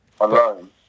alone